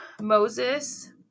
Moses